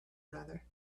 another